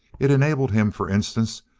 it enabled him, for instance,